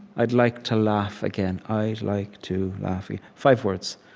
i'd like to laugh again. i'd like to laugh again five words.